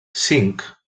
cinc